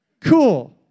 Cool